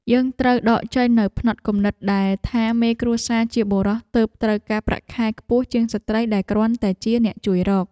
យើងត្រូវដកចេញនូវផ្នត់គំនិតដែលថាមេគ្រួសារជាបុរសទើបត្រូវការប្រាក់ខែខ្ពស់ជាងស្ត្រីដែលគ្រាន់តែជាអ្នកជួយរក។